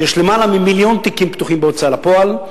שיש יותר ממיליון תיקים פתוחים בהוצאה לפועל,